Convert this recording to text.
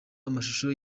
amashusho